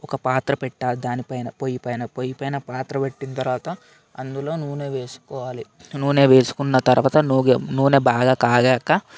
ఒక పాత్ర పెట్టాలి దానిపైన పోయి పైన పోయి పైన పాత్ర పెట్టిన తర్వాత అందులో నూనె వేసుకోవాలి నూనె వేసుకున్న తర్వాత నూనె బాగా కాగాక